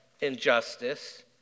injustice